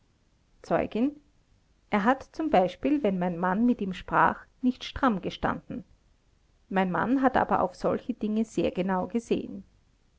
zeugin er hat z b wenn mein mann mit ihm sprach nicht stramm gestanden mein mann hat aber auf solche dinge sehr genau gesehen